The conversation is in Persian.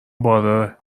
بارداره